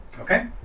okay